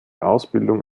ausbildung